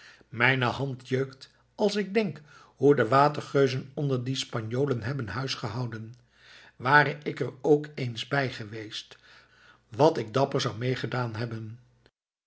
mijne hand jeukt als ik denk hoe de watergeuzen onder die spanjolen hebben huisgehouden ware ik er ook eens bij geweest wat ik dapper zou mee gedaan hebben